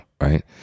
right